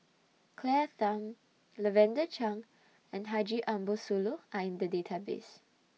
Claire Tham Lavender Chang and Haji Ambo Sooloh Are in The Database